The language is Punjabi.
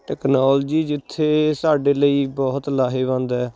ਟੈਕਨੋਲਜੀ ਜਿੱਥੇ ਸਾਡੇ ਲਈ ਬਹੁਤ ਲਾਹੇਵੰਦ ਹੈ